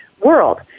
world